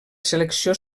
selecció